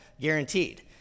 guaranteed